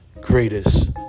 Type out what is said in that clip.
greatest